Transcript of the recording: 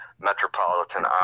Metropolitan